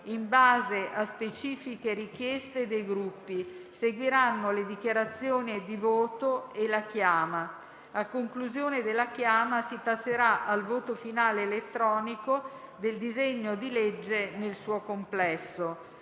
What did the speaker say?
in base a specifiche richieste dei Gruppi. Seguiranno le dichiarazioni di voto e la chiama. A conclusione della chiama si passerà al voto finale elettronico del disegno di legge nel suo complesso.